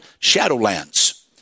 Shadowlands